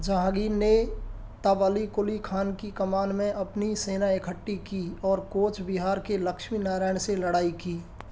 जहाँगीर ने तब अली कुली ख़ान की कमान में अपनी सेना इकट्ठी की और कूच बिहार के लक्ष्मी नारायण से लड़ाई की